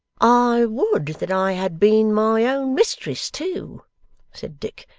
i would that i had been my own mistress too said dick,